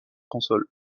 console